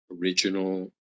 original